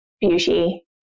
beauty